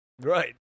Right